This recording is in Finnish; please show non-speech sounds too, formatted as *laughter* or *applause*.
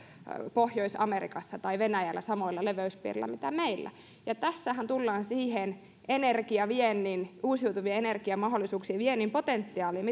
pohjois amerikassa tai venäjällä samoilla leveyspiireillä kuin meillä ei tarvitsisi käyttää fossiilisia polttoaineita ja tässähän tullaan siihen energiaviennin uusiutuvan energian mahdollisuuksien viennin potentiaaliin *unintelligible*